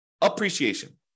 appreciation